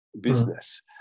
business